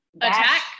attack